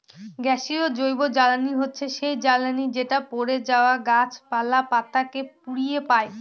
গ্যাসীয় জৈবজ্বালানী হচ্ছে সেই জ্বালানি যেটা পড়ে যাওয়া গাছপালা, পাতা কে পুড়িয়ে পাই